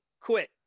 quit